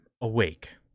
awake